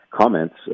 comments